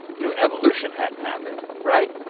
knew evolution hadn't happened, right,